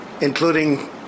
including